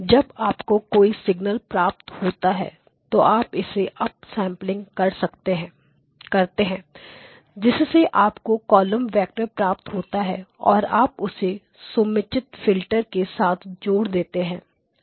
जब आपको कोई सिग्नल प्राप्त होता है तो आप इसे अप सैंपलिंग करते हैं जिससे आपको कॉलम वेक्टर प्राप्त होता है और आप उसे समुचित फिल्टर के साथ जोड़ देते हैं